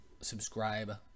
subscribe